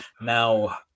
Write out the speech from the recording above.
now